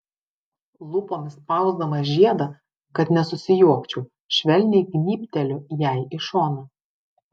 lūpomis spausdamas žiedą kad nesusijuokčiau švelniai gnybteliu jai į šoną